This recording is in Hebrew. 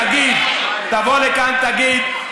תגיד,